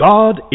God